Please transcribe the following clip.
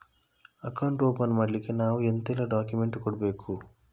Account open ಮಾಡ್ಲಿಕ್ಕೆ ನಾವು ಎಂತೆಲ್ಲ ಡಾಕ್ಯುಮೆಂಟ್ಸ್ ಕೊಡ್ಬೇಕು?